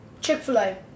Chick-fil-A